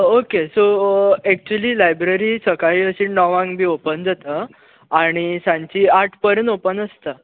okay so actually library सकाळीं अशी णवांक बी अशी ओपन जाता आनी सांजची आठ पर्यंत ओपन आसता